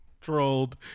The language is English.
Trolled